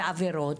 ועבירות?